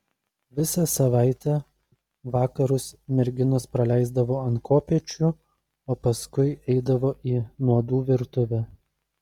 visą savaitę vakarus merginos praleisdavo ant kopėčių o paskui eidavo į nuodų virtuvę